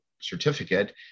certificate